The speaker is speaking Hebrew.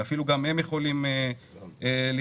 גם הם יכולים להסתכל.